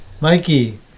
Mikey